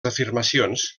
afirmacions